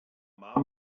mam